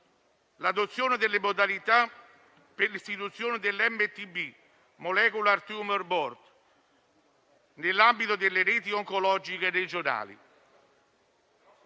l'adozione delle modalità per l'istituzione del Molecular Tumor Board (MTB) nell'ambito delle reti oncologiche regionali